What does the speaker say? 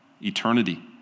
eternity